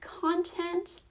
content